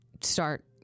start